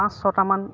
পাঁচ ছটামান